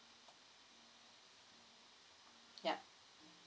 yup